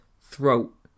throat